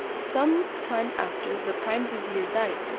some time after the prime vizier died,